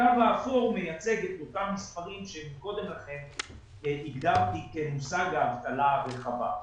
הקו האפור מייצג את אותם מספרים שקודם לכן הדגמתי כמושג האבטלה הרחבה.